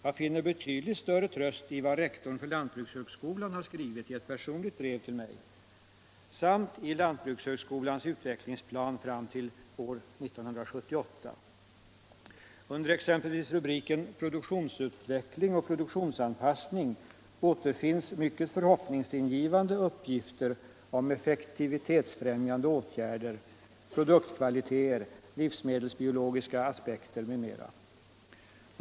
Jag finner betydligt större tröst i vad rektorn för lantbrukshögskolan har skrivit i ett personligt brev till mig samt i lantbrukshögskolans utvecklingsplan fram till år 1978. Under exempelvis rubriken Produktionsutveckling och produktionsanpassning återfinns mycket hoppingivande uppgifter om effektivitetsfrämjande åtgärder, produktkvalitéer, livsmedelsbiologiska aspekter m.m.